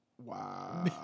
Wow